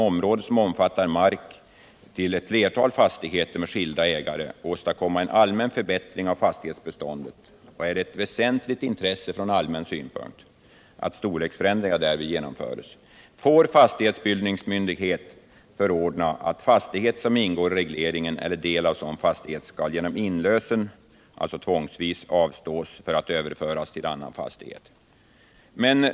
Emellertid finns det då vissa begränsningar.